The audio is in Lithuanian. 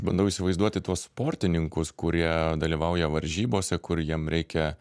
bandau įsivaizduoti tuos sportininkus kurie dalyvauja varžybose kur jiem reikia